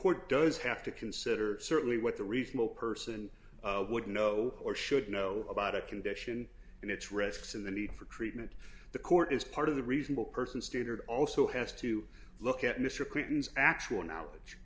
court does have to consider certainly what the reasonable person would know or should know about a condition and its risks and the need for treatment the court is part of the reasonable person standard also has to look at mr clinton's actual knowledge